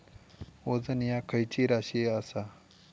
वजन ह्या खैची राशी असा?